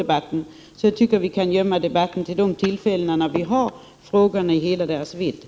Jag tycker alltså att vi kan vänta med debatten till de tillfällen när vi har att ta ställning till frågorna i hela deras vidd.